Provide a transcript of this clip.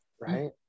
right